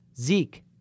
Zeke